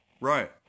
Right